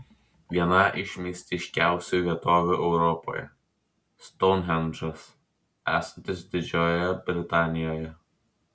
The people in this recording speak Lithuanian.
viena iš mistiškiausių vietovių europoje stounhendžas esantis didžiojoje britanijoje